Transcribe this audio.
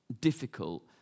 difficult